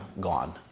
gone